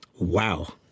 Wow